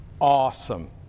awesome